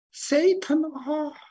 Satan